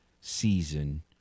season